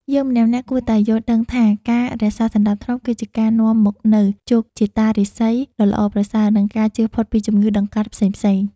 យើងម្នាក់ៗគួរតែយល់ដឹងថាការរក្សាសណ្តាប់ធ្នាប់ គឺជាការនាំមកនូវជោគជតារាសីដ៏ល្អប្រសើរ និងការជៀសផុតពីជំងឺតម្កាត់ផ្សេងៗ។